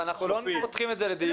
אבל אנחנו לא פותחים את זה לדיון.